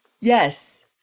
Yes